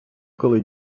коли